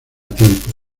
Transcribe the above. tiempo